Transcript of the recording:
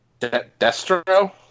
Destro